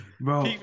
Bro